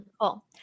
Cool